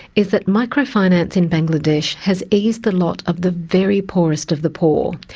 is that microfinance in bangladesh has eased the lot of the very poorest of the poor,